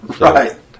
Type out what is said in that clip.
Right